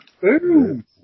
Boom